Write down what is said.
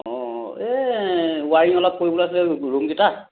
অঁ এই ৱায়াৰিং অলপ কৰিবলৈ আছে ৰুমকেইটা